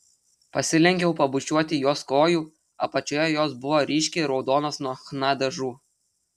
pasilenkiau pabučiuoti jos kojų apačioje jos buvo ryškiai raudonos nuo chna dažų